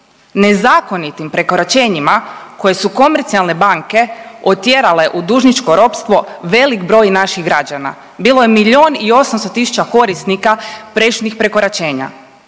nezakonitim prekoračenjima koje su komercijalne banke otjerale u dužničko ropstvo velik broj naših građana. Bilo je milion i 800 tisuća korisnika prešutnih prekoračenja.